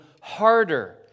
harder